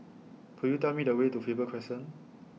Could YOU Tell Me The Way to Faber Crescent